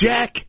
Jack